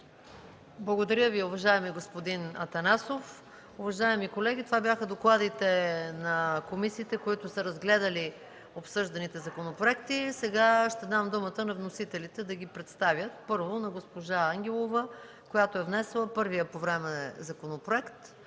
Благодаря Ви, уважаеми господин Атанасов. Уважаеми колеги, това бяха докладите на комисиите, които са разгледали обсъжданите законопроекти. Ще дам думата на вносителите да ги представят. Първо на госпожа Ангелова, която е внесла първия законопроект.